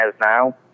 now